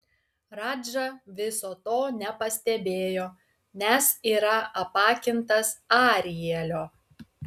radža viso to nepastebėjo nes yra apakintas arielio